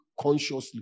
consciously